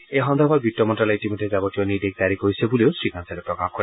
এই সন্দৰ্ভত বিত্ত মন্ত্যালয়ে ইতিমধ্যে যাৱতীয় নিৰ্দেশ জাৰি কৰিছে বুলি শ্ৰীকাঞ্চালে প্ৰকাশ কৰে